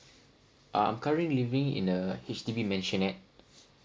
ah I'm currently living in a H_D_B mansionette